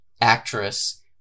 actress